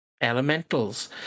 elementals